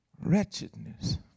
wretchedness